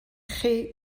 chi